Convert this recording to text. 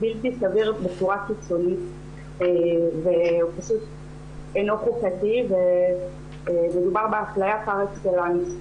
בלתי סביר בצורה קיצונית והוא פשוט אינו חוקתי ומדובר באפליה פר אקסלנס,